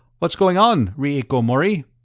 what's going on, rieko mori?